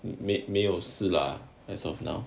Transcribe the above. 没没有事 lah as of now